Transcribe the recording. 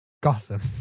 Gotham